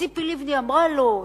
ציפי לבני אמרה לו,